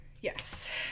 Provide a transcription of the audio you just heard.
Yes